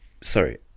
sorry